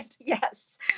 yes